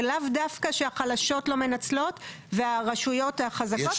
זה לאו דווקא שהחלשות לא מנצלות והרשויות החזקות כן,